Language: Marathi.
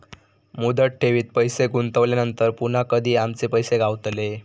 मुदत ठेवीत पैसे गुंतवल्यानंतर पुन्हा कधी आमचे पैसे गावतले?